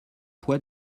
poix